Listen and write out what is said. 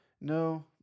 No